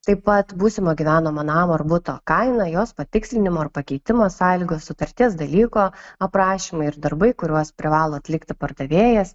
taip pat būsimo gyvenamo namo ar buto kaina jos patikslinimo ar pakeitimo sąlygos sutarties dalyko aprašymai ir darbai kuriuos privalo atlikti pardavėjas